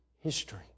history